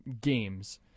games